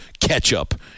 Ketchup